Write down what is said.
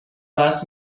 بحث